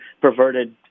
perverted